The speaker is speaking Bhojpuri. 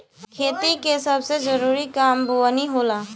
खेती के सबसे जरूरी काम बोअनी होला